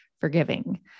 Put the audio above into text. forgiving